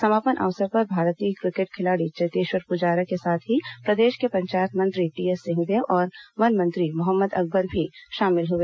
समापन अवसर पर भारतीय क्रिकेट खिलाड़ी चेतेश्वर पुजारा के साथ ही प्रदेश के पंचायत मंत्री टी एस सिंहदेव और वन मंत्री मोहम्मद अकबर भी शामिल हुए